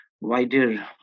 wider